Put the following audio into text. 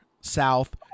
south